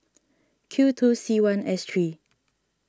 Q two C one S three